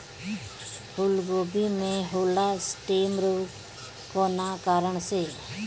फूलगोभी में होला स्टेम रोग कौना कारण से?